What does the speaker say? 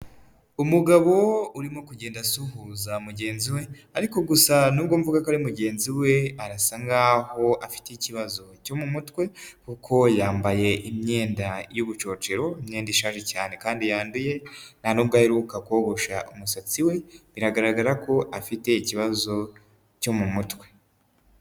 Umugabo urimo kugenda asuhuza mugenzi we ariko gusa nubwo mvuga ko ari mugenzi we, arasa nkaho afite ikibazo cyo mu mutwe kuko yambaye imyenda y'ubucocero, imyenda ishaje cyane kandi yanduye, nta n'ubwo aheruka kogosha umusatsi we, biragaragara ko afite ikibazo cyo mu mutwe.